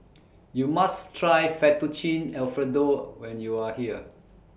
YOU must Try Fettuccine Alfredo when YOU Are here